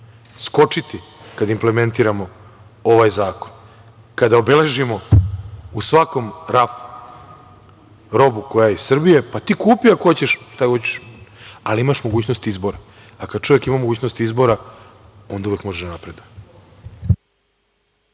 skočiti kada implementiramo ovaj zakon, kada obeležimo u svakom rafu robu koja je iz Srbije, pa ti kupi ako hoćeš šta hoćeš, ali imaš mogućnost izbora. Kada čovek ima mogućnost izbora onda uvek može da napreduje.